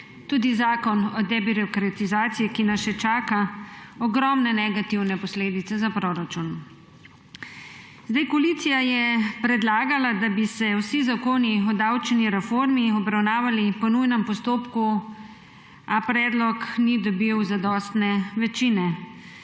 tudi zakon o debirokratizaciji, ki nas še čaka, ogromne negativne posledice za proračun. Koalicija je predlagala, da bi se vsi zakoni o davčni reformi obravnavali po nujnem postopku, a predlog ni dobil zadostne večine.